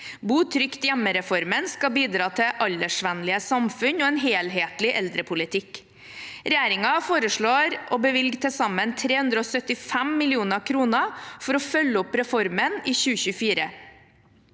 Bo trygt hjemme-reformen skal bidra til aldersvennlige samfunn og en helhetlig eldrepolitikk. Regjeringen foreslår å bevilge til sammen 375 mill. kr for å følge opp reformen i 2024.